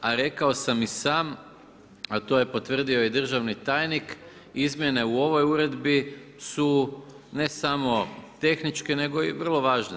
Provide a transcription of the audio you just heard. A rekao sam i sam, a to je potvrdio i državni tajnik, izmjene u ovoj uredbi su ne samo tehničke nego i vrlo važne.